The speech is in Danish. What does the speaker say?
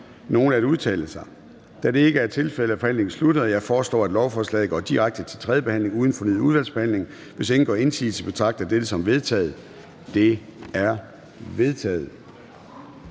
nogen at udtale sig? Da det ikke er tilfældet, er forhandlingen sluttet. Jeg foreslår, at lovforslaget går direkte til tredje behandling uden fornyet udvalgsbehandling. Hvis ingen gør indsigelse, betragter jeg dette som vedtaget. Det er vedtaget.